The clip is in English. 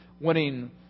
winning